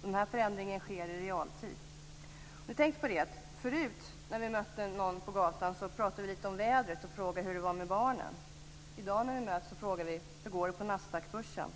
Och den här förändringen sker i realtid. Har ni tänkt på att när vi förut mötte någon på gatan så pratade vi lite om vädret och frågade hur det var med barnen? När vi möts i dag frågar vi: Hur går det på Nasdaqbörsen?